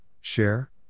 share